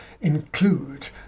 include